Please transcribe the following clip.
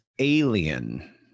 alien